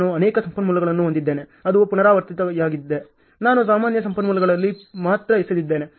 ನಾನು ಅನೇಕ ಸಂಪನ್ಮೂಲಗಳನ್ನು ಹೊಂದಿದ್ದೇನೆ ಅದು ಪುನರಾವರ್ತನೆಯಾಗುತ್ತಿದೆ ನಾನು ಸಾಮಾನ್ಯ ಸಂಪನ್ಮೂಲಗಳಲ್ಲಿ ಮಾತ್ರ ಎಸೆದಿದ್ದೇನೆ